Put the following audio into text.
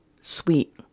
sweet